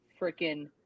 freaking